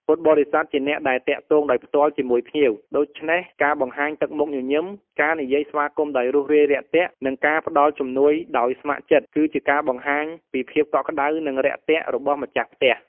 ក្នុងករណីខ្លះ បើមានការរៀបចំពីមុន ពុទ្ធបរិស័ទអាចជួយសម្របសម្រួលដល់ការធ្វើដំណើររបស់ភ្ញៀវ ដូចជាការរៀបចំរថយន្ត ឬមធ្យោបាយផ្សេងៗ ដើម្បីទៅដល់ទីអារាម ឬត្រឡប់ទៅផ្ទះវិញ។